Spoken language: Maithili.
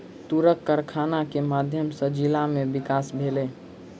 तूरक कारखाना के माध्यम सॅ जिला में विकास भेलै